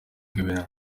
ibintu